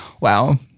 Wow